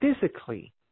physically